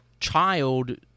child